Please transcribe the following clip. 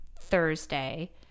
thursday